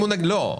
עזוב.